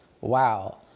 wow